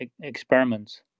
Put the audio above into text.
experiments